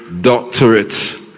doctorate